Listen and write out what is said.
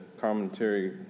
commentary